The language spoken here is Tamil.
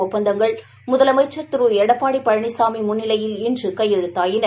ஒப்பந்தங்கள் முதலமைச்ச் திரு எடப்பாடி பழனிசாமி முன்னிலையில் இன்று கையெழுதாகின